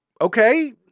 Okay